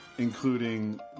Including